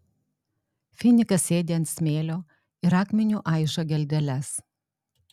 finikas sėdi ant smėlio ir akmeniu aižo geldeles